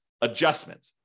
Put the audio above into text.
adjustment